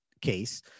case